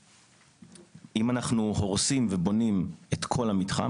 אם אנחנו הורסים ובונים את כל המתחם,